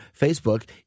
Facebook